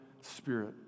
spirit